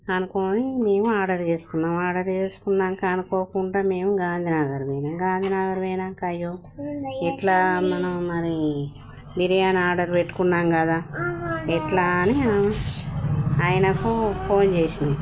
అనుకుని మేము ఆర్డర్ చేసుకున్నాము ఆర్డర్ చేసుకున్నాక అనుకోకుండా మేము గాంధీనగర్ పోయాము గాంధీనగర్ వెళ్ళాక అయ్యో ఎలా మనం మరి బిర్యానీ ఆర్డర్ పెట్టుకున్నాము కదా ఎలా అని ఆయనకు ఫోన్ చేశాము